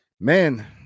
man